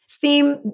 theme